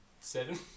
seven